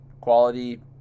quality